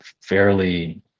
fairly